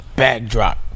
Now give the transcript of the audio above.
backdrop